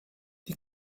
die